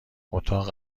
اتاق